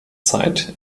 zeit